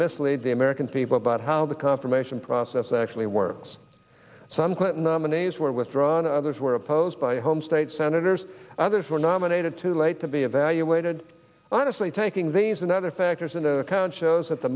mislead the american people about how the confirmation process actually works some clinton the minis were withdrawn others were opposed by home state senators others were nominated too late to be evaluated and honestly taking these and other factors into account shows that the